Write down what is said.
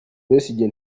besigye